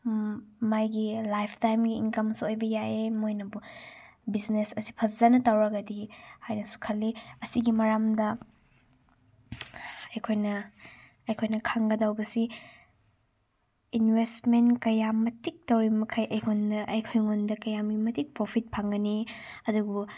ꯃꯥꯒꯤ ꯂꯥꯏꯐ ꯇꯥꯏꯝꯒꯤ ꯏꯪꯀꯝꯁꯨ ꯑꯣꯏꯕ ꯌꯥꯏꯌꯦ ꯃꯣꯏꯅꯕꯨ ꯕꯤꯖꯤꯅꯦꯁ ꯑꯁꯤ ꯐꯖꯅ ꯇꯧꯔꯒꯗꯤ ꯍꯥꯏꯅꯁꯨ ꯈꯜꯂꯤ ꯑꯁꯤꯒꯤ ꯃꯔꯝꯗ ꯑꯩꯈꯣꯏꯅ ꯑꯩꯈꯣꯏꯅ ꯈꯪꯒꯗꯧꯕꯁꯤ ꯏꯟꯚꯦꯁꯃꯦꯟ ꯀꯌꯥ ꯃꯇꯤꯛ ꯇꯧꯔꯤꯕ ꯃꯈꯩ ꯑꯩꯈꯣꯏꯅ ꯑꯩꯈꯣꯏꯉꯣꯟꯗ ꯀꯌꯥꯒꯤ ꯃꯇꯤꯛ ꯄ꯭ꯔꯣꯐꯤꯠ ꯐꯪꯒꯅꯤ ꯑꯗꯨꯕꯨ